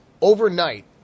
Overnight